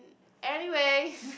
anyway